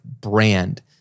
brand